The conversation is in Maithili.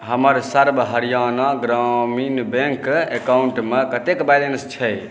हमर सर्व हरियाणा ग्रामीण बैंक अकाउन्टमे कतेक बैलेन्स छै